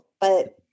But-